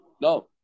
No